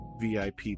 VIP